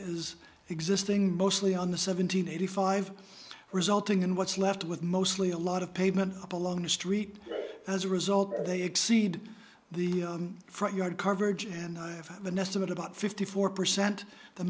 is existing mostly on the seven hundred eighty five resulting in what's left with mostly a lot of pavement up along the street as a result they exceed the front yard coverage and i have the nest i'm at about fifty four percent the